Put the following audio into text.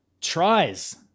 tries